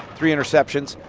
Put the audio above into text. three interceptions,